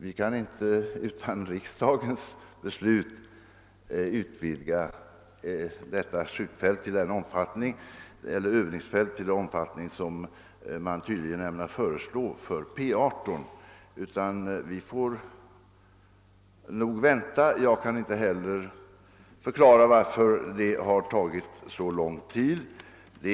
Vi kan inte utan riksdagens beslut utvidga detta övningsfält för P 18 i den omfattning som man tydligen kommer att föreslå framdeles. Vi får vänta. Inte heller kan jag förklara varför behandlingen av detta ärende har tagit så lång tid.